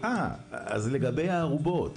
למעשה ביוני 2022,